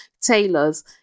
tailors